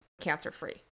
cancer-free